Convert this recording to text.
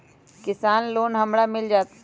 किसान लोन हमरा मिल जायत?